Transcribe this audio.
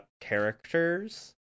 characters